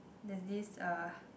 there's this uh